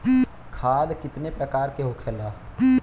खाद कितने प्रकार के होखेला?